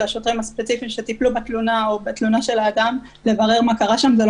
לשוטרים הספציפיים שטיפלו בתלונה או בתלונה של האדם,